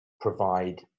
provide